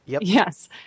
Yes